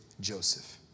Joseph